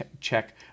check